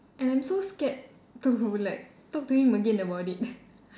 and I'm so scared to like talk to him again about it